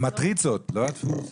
המטריצות, לא הדפוס.